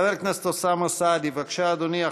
חבר הכנסת אוסאמה סעדי, בבקשה, אדוני.